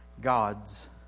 God's